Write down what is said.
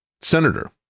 senator